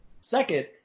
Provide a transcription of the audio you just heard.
second